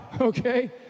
okay